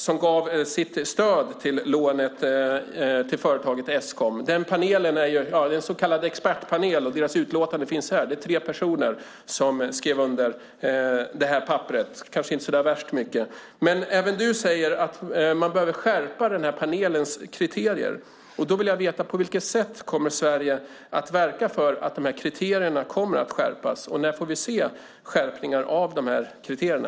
Den gav sitt stöd till lånet till företaget Eskom. Det är en så kallad expertpanel, och deras utlåtande finns här. Det är tre personer som skrev under det här papperet. Det är kanske inte så värst mycket. Även Gunilla Carlsson säger att man behöver skärpa den här panelens kriterier. Då vill jag veta på vilket sätt Sverige kommer att verka för att de här kriterierna kommer att skärpas. När får vi se skärpningar av de här kriterierna?